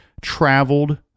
traveled